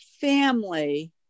family